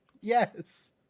Yes